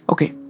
Okay